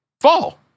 fall